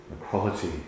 equality